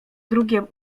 drugiem